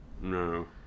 No